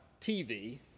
TV